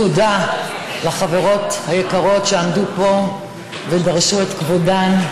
תודה לחברות היקרות שעמדו פה ודרשו את כבודן,